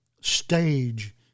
stage